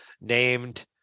named